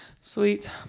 sweet